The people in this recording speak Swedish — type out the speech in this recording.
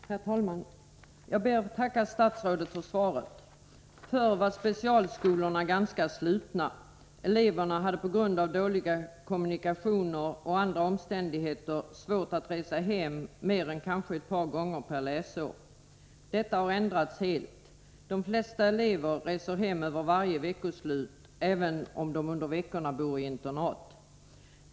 Herr talman! Jag ber att få tacka statsrådet för svaret. Förr var specialskolorna ganska slutna. Eleverna hade på grund av dåliga kommunikationer och andra omständigheter svårt att resa hem mer än kanske ett par gånger per läsår. Detta har ändrats helt. De flesta elever reser hem över varje veckoslut, även om de under veckorna bor i internat.